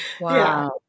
wow